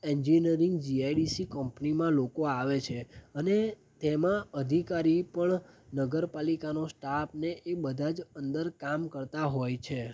engineering GIDC કંપનીમાં લોકો આવે છે અને તેમાં અધિકારી પણ નગરપાલિકાનો સ્ટાફને એ બધા જ અંદર કામ કરતા હોય છે